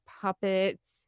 puppets